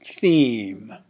theme